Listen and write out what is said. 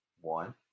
one